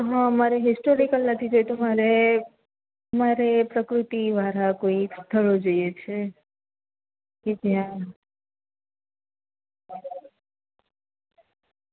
હ મારે હિસ્ટોરિકલ નથી જોઈતું મારે મારે પ્રકૃતિ વાળા કોઈ સ્થળો જોઈએ છે કે જ્યાં